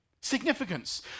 Significance